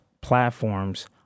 platforms